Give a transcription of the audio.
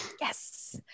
Yes